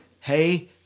hey